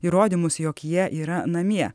įrodymus jog jie yra namie